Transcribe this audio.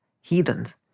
heathens